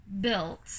built